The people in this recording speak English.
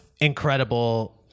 incredible